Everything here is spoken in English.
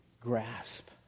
grasp